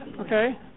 Okay